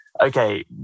okay